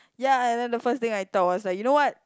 ya and then the first thing I thought was like you know what